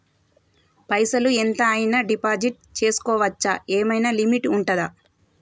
పైసల్ ఎంత అయినా డిపాజిట్ చేస్కోవచ్చా? ఏమైనా లిమిట్ ఉంటదా?